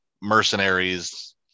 mercenaries